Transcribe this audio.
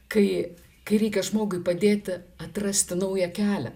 kai kai reikia žmogui padėti atrasti naują kelią